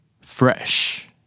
Fresh